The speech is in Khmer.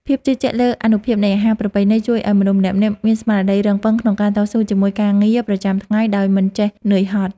ភាពជឿជាក់លើអានុភាពនៃអាហារប្រពៃណីជួយឱ្យមនុស្សម្នាក់ៗមានស្មារតីរឹងប៉ឹងក្នុងការតស៊ូជាមួយការងារប្រចាំថ្ងៃដោយមិនចេះនឿយហត់។